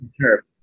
sure